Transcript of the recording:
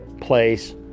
place